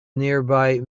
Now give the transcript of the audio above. nearby